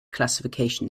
classification